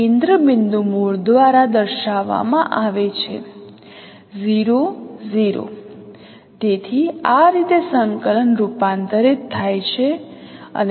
0 અને આ matrix transfer transposition operation કરી રહ્યા છે તેથી y prime transpose T prime minus 1 transpose પછી F તે TT છે T પ્રાઇમ વ્યસ્ત ટ્રાન્સપોઝ આપણે તેને આપણા અગાઉના સૂચનમાં T પ્રાઇમ બાદબાકી T પણ લખી શકીએ છીએ T વ્યસ્ત y બરાબર 0